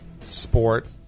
sport